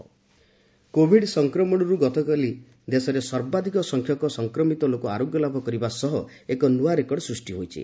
Covid status covid ସଂକ୍ରମଣରୁ ଗତକାଲି ଦେଶରେ ସର୍ବାଧିକ ସଂଖ୍ୟକ ସଂକ୍ରମିତ ଲୋକ ଆରୋଗ୍ୟଲାଭ କରିବା ସହ ଏକ ନୂଆ ରେକର୍ଡ ସୃଷ୍ଟି ହୋଇଛି